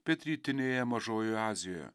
pietrytinėje mažojoje azijoje